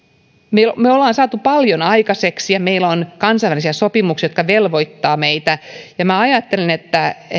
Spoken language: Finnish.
me olemme saaneet paljon aikaiseksi ja meillä on kansainvälisiä sopimuksia jotka velvoittavat meitä ajattelen että